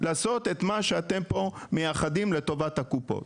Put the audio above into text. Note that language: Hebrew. לעשות את מה שאתם פה מייחדים לטובת הקופות.